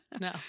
No